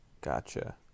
Gotcha